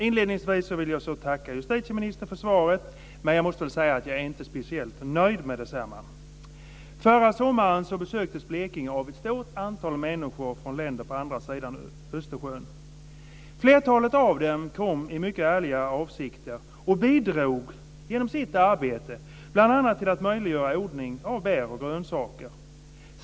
Inledningsvis vill jag också tacka justitieministern för svaret, men jag måste säga att jag inte är speciellt nöjd med detsamma. Förra sommaren besöktes Blekinge av ett stort antal människor från länder på andra sidan Östersjön. Flertalet av dem kom i mycket ärliga avsikter och bidrog genom sitt arbete bl.a. till att möjliggöra odling av bär och grönsaker.